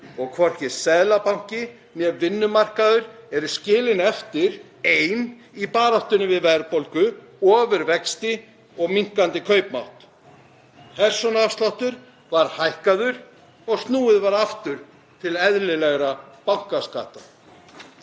og hvorki Seðlabanki né vinnumarkaður er skilinn eftir einn í baráttunni við verðbólgu, ofurvexti og minnkandi kaupmátt. Persónuafsláttur var hækkaður og snúið var aftur til eðlilegra bankaskatta.